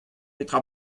petra